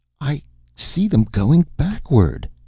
i see them going backward!